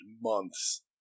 months